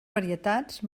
varietats